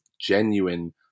genuine